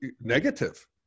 negative